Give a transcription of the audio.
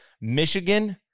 Michigan